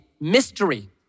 mystery